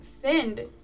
sinned